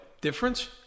Difference